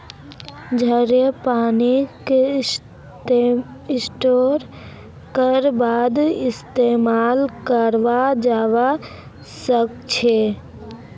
झड़ीर पानीक स्टोर करे बादे इस्तेमाल कराल जबा सखछे